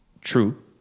true